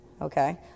Okay